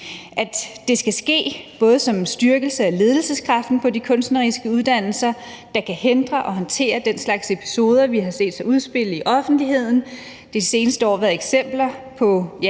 at det skal ske som en styrkelse af ledelseskraften på de kunstneriske uddannelser, der kan hindre og håndtere den slags episoder, vi har set udspillet i offentligheden. Der har de seneste år være eksempler på